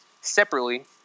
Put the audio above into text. separately